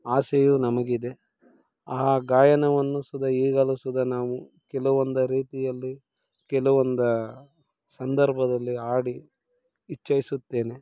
ಆಸೆಯೂ ನಮಗಿದೆ ಆ ಗಾಯನವನ್ನು ಸುದ ಈಗಲೂ ಸುದ ನಾವು ಕೆಲವೊಂದು ರೀತಿಯಲ್ಲಿ ಕೆಲವೊಂದು ಸಂದರ್ಭದಲ್ಲಿ ಹಾಡಿ ಇಚ್ಛಿಸುತ್ತೇನೆ